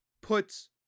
puts